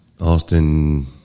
Austin